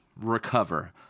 recover